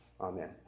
amen